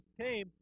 came